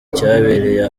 cyabereye